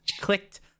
clicked